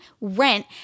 rent